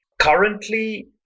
Currently